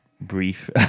brief